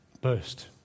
burst